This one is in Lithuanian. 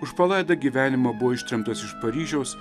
už palaidą gyvenimą buvo ištremtas iš paryžiaus